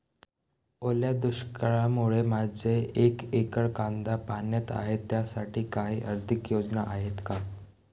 ओल्या दुष्काळामुळे माझे एक एकर कांदा पाण्यात आहे त्यासाठी काही आर्थिक योजना आहेत का?